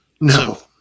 No